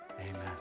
Amen